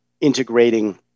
integrating